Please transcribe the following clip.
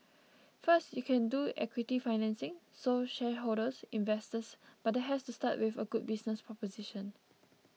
first you can do equity financing so shareholders investors but that has to start with a good business proposition